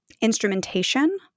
instrumentation